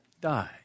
died